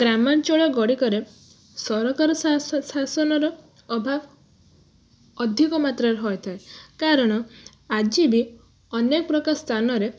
ଗ୍ରାମାଞ୍ଚଳ ଗଡ଼ିକରେ ସରକାର ଶାସନର ଅଭାବ ଅଧିକ ମାତ୍ରାରେ ହୋଇଥାଏ କାରଣ ଆଜି ବି ଅନେକ ପ୍ରକାର ସ୍ଥାନରେ